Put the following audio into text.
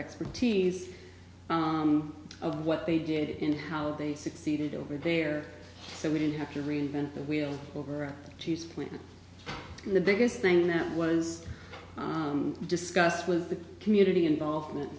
expertise of what they did and how they succeeded over there so we didn't have to reinvent the wheel over to split the biggest thing that was discussed with the community involvement